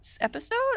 episode